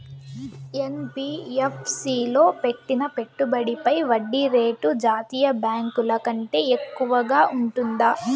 NBFC లో పెట్టిన పెట్టుబడి పై వడ్డీ రేటు జాతీయ బ్యాంకు ల కంటే ఎక్కువగా ఉంటుందా?